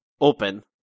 open